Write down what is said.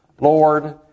Lord